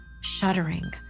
Shuddering